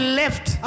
left